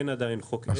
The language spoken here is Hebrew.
אין עדיין חוק עזר.